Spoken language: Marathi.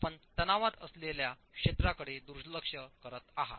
आपण तणावात असलेल्या क्षेत्राकडे दुर्लक्ष करत आहात